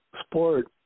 sport